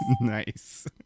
Nice